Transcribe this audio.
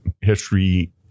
History